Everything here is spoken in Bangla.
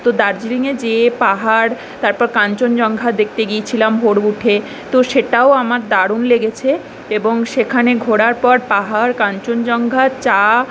তো দার্জিলিংয়ে যেয়ে পাহাড় তারপর কাঞ্চনজঙ্ঘা দেখতে গিয়েছিলাম ভোর ভোর উঠে তো সেটাও আমার দারুণ লেগেছে এবং সেখানে ঘোরার পর পাহাড় কাঞ্চনজঙ্ঘা চা